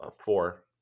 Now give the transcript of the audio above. four